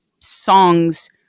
songs